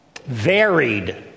varied